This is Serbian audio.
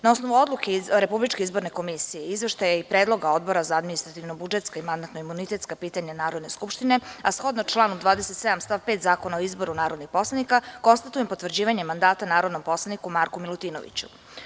Na osnovu Odluke iz RIK, Izveštaja i Predloga Odbora za administrativno-budžetska i mandatno-imunitetska pitanja Narodne skupštine, a shodno članu 27. stav 5. Zakona o izboru narodnih poslanika, konstatujem potvrđivanje mandata narodnom poslaniku Marku Milutinoviću.